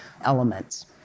elements